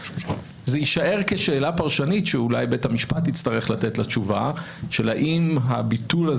אחת הבעיות שכתב אותה גם סולברג וגם דותן